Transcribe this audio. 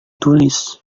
tulis